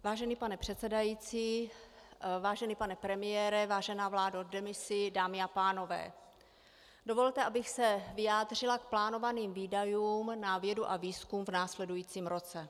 Vážený pane předsedající, vážený pane premiére, vážená vládo v demisi, dámy a pánové, dovolte, abych se vyjádřila k plánovaným výdajům na vědu a výzkum v následujícím roce.